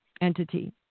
entity